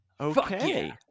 Okay